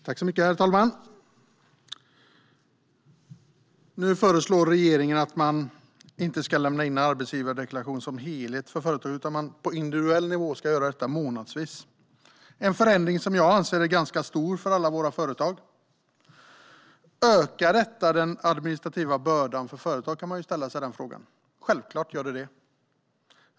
Herr talman! Regeringen föreslår att företag inte ska lämna in en arbetsgivardeklaration för företaget som helhet, utan att man ska göra detta på individuell nivå månadsvis. Det är en ganska stor förändring för alla våra företag. Man kan fråga sig om detta kommer att öka den administrativa bördan för företag. Det kommer det självklart att göra!